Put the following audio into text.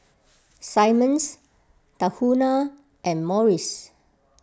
Simmons Tahuna and Morries